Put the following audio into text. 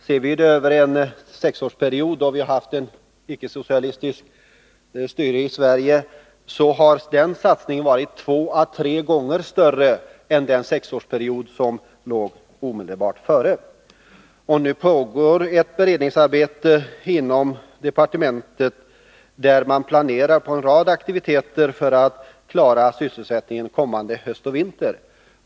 Ser vi det över den sexårsperiod då vi har haft icke-socialistiskt styre i Sverige, har den satsningen varit två å tre gånger större än under den sexårsperiod som låg omedelbart före. Ett beredningsarbete pågår inom departementet, där man planerar för en rad aktiviteter för att klara sysselsättningen kommande höst och vinter.